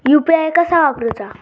UPI कसा वापरूचा?